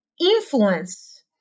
influence